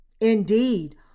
Indeed